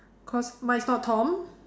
cause mine is not tom